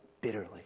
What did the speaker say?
bitterly